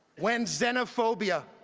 when xenophobia,